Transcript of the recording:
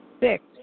Six